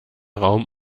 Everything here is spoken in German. raum